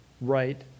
right